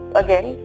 again